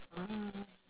ah